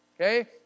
okay